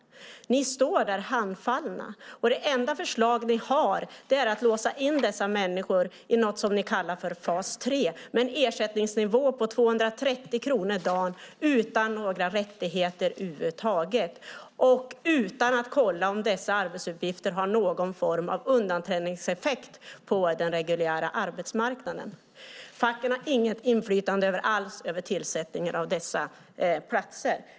Ni står där handfallna. Det enda förslag ni har är att låsa in dessa människor i något som ni kallar för fas tre med en ersättningsnivå på 230 kronor per dag utan några rättigheter över huvud taget och utan att ni kollar om dessa arbetsuppgifter har någon form av undanträngningseffekt på den reguljära arbetsmarknaden. Facken har inget inflytande alls över tillsättningen av dessa platser.